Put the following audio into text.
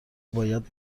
باید